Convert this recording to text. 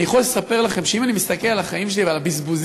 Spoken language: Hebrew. אני יכול לספר לכם שאם אני מסתכל על החיים שלי ועל הבזבוזים,